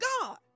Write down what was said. God